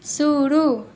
शुरू